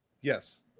Yes